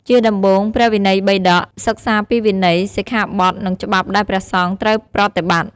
ជាដំបូង ព្រះវិន័យបិដក សិក្សាពីវិន័យ សិក្ខាបទ និងច្បាប់ដែលព្រះសង្ឃត្រូវប្រតិបត្តិ។